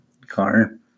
car